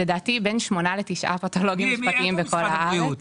לדעתי יש בין שמונה לתשעה פתולוגים משפטיים בכל הארץ.